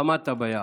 עמדת ביעד.